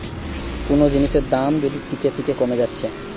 কুনো জিনিসের দাম যদি থিকে থিকে কোমে যাচ্ছে